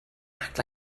act